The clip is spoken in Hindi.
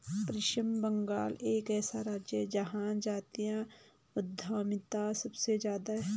पश्चिम बंगाल एक ऐसा राज्य है जहां जातीय उद्यमिता सबसे ज्यादा हैं